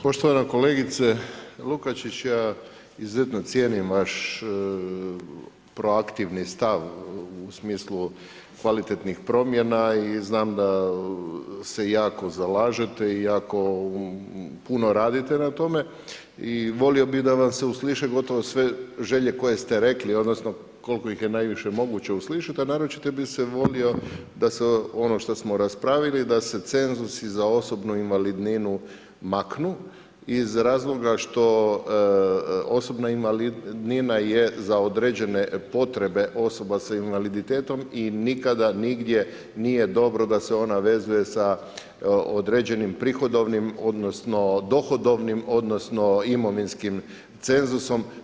Poštovana kolegice Lukačić, ja izuzetno cijenim vaš proaktivni stav u smislu kvalitetnih promjena i znam da se jako zalažete i jako puno radite na tome i volio bih da vam se usliše gotovo sve želje koje ste rekli odnosno koliko ih je najviše moguće uslišiti, a naročito bih se volio da se ono što smo raspravili da se cenzusi za osobnu invalidninu maknu iz razloga što osobna invalidnina je za određene potrebe osoba s invaliditetom i nikada nigdje nije dobro da se ona vezuje sa određuje sa određenim prihodovnim odnosno dohodovnim odnosno imovinskim cenzusom.